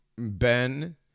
Ben